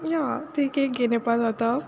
या ती कॅक घेन येवपा जाता